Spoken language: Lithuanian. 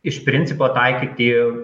iš principo taikyti